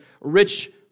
rich